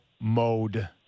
mode